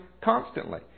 constantly